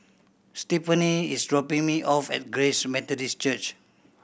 Stefani is dropping me off at Grace Methodist Church